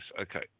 Okay